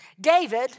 David